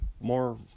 more